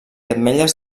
ametlles